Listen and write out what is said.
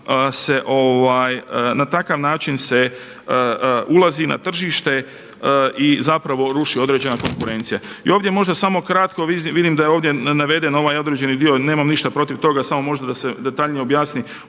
na takav način se ulazi na tržište i zapravo ruši određena konkurencija. I ovdje možda samo kratko. Vidim da je ovdje naveden ovaj određeni dio, nemam ništa protiv toga, samo možda da se detaljnije objasni